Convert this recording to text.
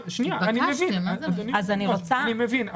אני מבין,